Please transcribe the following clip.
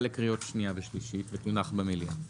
הצעת החוק אושרה לקריאות שנייה ושלישית ותונח במליאה.